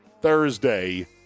Thursday